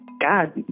God